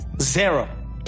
Zero